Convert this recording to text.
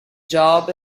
job